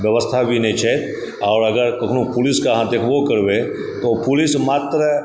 व्यवस्था भी नहि छै आओर अगर कखनो पुलिसके अहाँ देखबो करबै तऽ ओ पुलिस मात्र